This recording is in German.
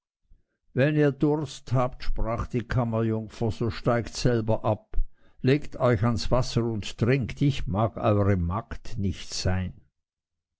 wenn ihr durst habt sprach die kammerjungfer so steigt selber ab legt euch ans wasser und trinkt ich mag eure magd nicht sein